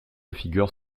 figure